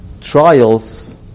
trials